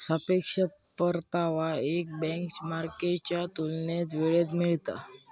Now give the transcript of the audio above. सापेक्ष परतावा एक बेंचमार्कच्या तुलनेत वेळेत मिळता